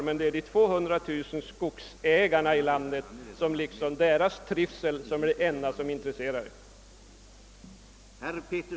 Trivseln för de 200000 skogsägarna i landet är det enda som intresserar er.